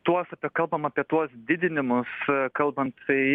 tuos apie kalbam apie tuos didinimus kalbant tai